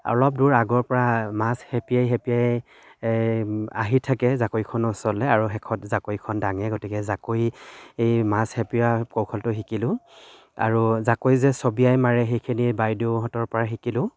অলপ দূৰ আগৰ পৰা মাছ হেঁপিয়াই হেঁপিয়াই আহি থাকে জাকৈখনৰ ওচৰলৈ আৰু শেষত জাকৈখন দাঙে গতিকে জাকৈ মাছ হেঁপিওৱা কৌশলটো শিকিলোঁ আৰু জাকৈ যে চবিয়াই মাৰে সেইখিনি বাইদেউহঁতৰ পৰা শিকিলোঁ